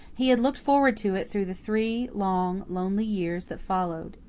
he had looked forward to it through the three long, lonely years that followed,